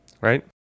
Right